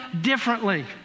differently